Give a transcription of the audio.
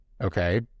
Okay